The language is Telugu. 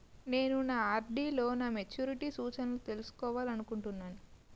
నేను నా ఆర్.డి లో నా మెచ్యూరిటీ సూచనలను తెలుసుకోవాలనుకుంటున్నాను